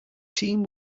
team